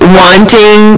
wanting